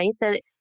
right